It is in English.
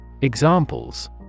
Examples